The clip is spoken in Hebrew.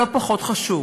לא פחות חשוב,